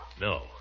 No